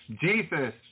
Jesus